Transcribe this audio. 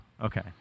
Okay